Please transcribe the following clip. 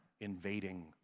invading